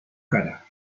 cara